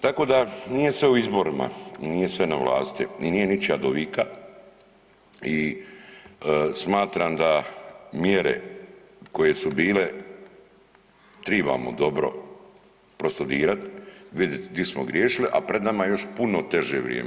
Tako da nije sve u izborima i nije sve na vlasti i nije ničija do vijeka i smatram da mjere koje su bile trebamo dobro prostudirati, vidjeti gdje smo griješili, a pred nama je još puno teže vrijeme.